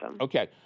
Okay